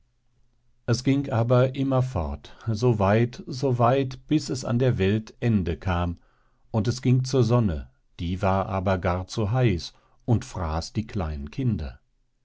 es ging aber immer fort so weit so weit bis es an der welt ende kam und es ging zur sonne die war aber gar zu heiß und fraß die kleinen kinder